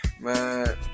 Man